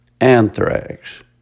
Anthrax